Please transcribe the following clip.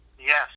Yes